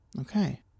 Okay